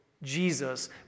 Jesus